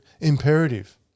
imperative